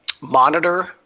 monitor